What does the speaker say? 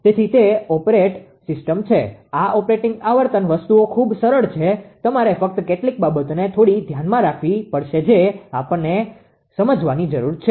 તેથી તે operate system છે આ ઓપરેટિંગ આવર્તન વસ્તુઓ ખૂબ સરળ છે તમારે ફક્ત કેટલીક બાબતોને થોડી ધ્યાનમાં રાખવી પડશે જે આપણે સમજવાની જરૂર છે